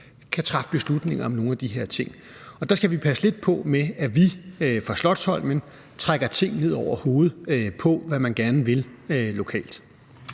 kan træffe beslutninger om nogle af de her ting. Der skal vi passe lidt på med, at vi fra Slotsholmen trækker ting ned over hovedet på nogen, i forhold